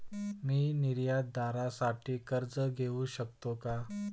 मी निर्यातदारासाठी कर्ज घेऊ शकतो का?